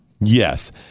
Yes